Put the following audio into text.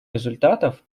результатов